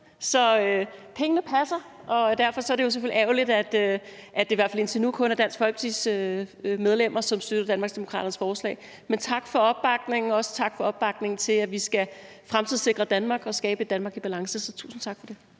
så pengene passer. Derfor er det selvfølgelig ærgerligt, at det i hvert fald indtil nu kun er Dansk Folkepartis medlemmer, som støtter Danmarksdemokraternes forslag. Men tak for opbakningen, og også tak for opbakningen til, at vi skal fremtidssikre Danmark og skabe et Danmark i balance. Tusind tak for det.